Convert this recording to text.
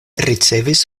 ricevis